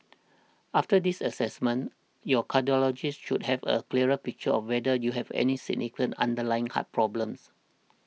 after this assessment your cardiologist should have a clearer picture of whether you have any significant underlying heart problems